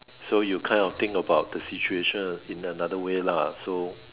so you kind of think about the situation in another way lah so